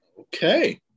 okay